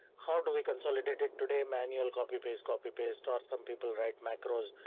how do we consolidate it today? manual, copy, paste, copy, paste or some people write macros?